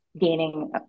gaining